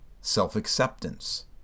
Self-acceptance